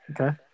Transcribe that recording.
Okay